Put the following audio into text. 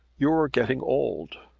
you are getting old.